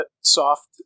soft